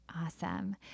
Awesome